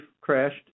crashed